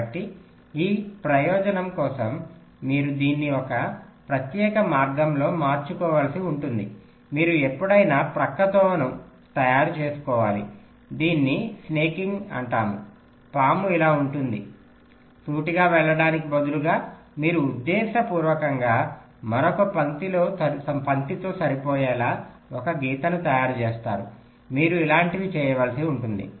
కాబట్టి ఆ ప్రయోజనం కోసం మీరు దీన్ని ఒక ప్రత్యేక మార్గంలో మార్చుకోవలసి ఉంటుంది మీరు ఎప్పుడైనా ప్రక్కతోవను తయారు చేసుకోవాలి దీనిని స్నేకింగ్ అంటారు పాము ఇలా ఉంటుంది సూటిగా వెళ్ళడానికి బదులుగా మీరు ఉద్దేశపూర్వకంగా మరొక పంక్తితో సరిపోయేలా ఒక గీతను తయారు చేస్తారు మీరు ఇలాంటివి చేయవలసి ఉంటుంది